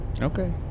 Okay